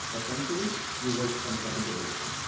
essentially, you waste ten seconds of your time.